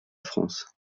france